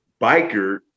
biker